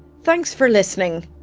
thanks for listening